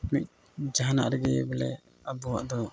ᱢᱤᱫ ᱡᱟᱦᱟᱱᱟᱜ ᱨᱮᱜᱮ ᱵᱚᱞᱮ ᱟᱵᱚᱣᱟᱜ ᱫᱚ